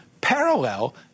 parallel